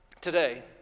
today